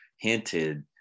hinted